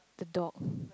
the dog